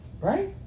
Right